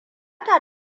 ta